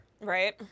Right